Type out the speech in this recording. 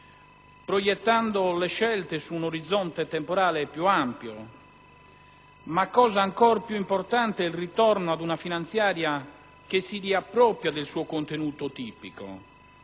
proiettando le scelte su un orizzonte temporale più ampio, ma cosa ancor più importante è il ritorno ad una finanziaria che si riappropria del suo contenuto tipico,